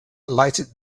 lighted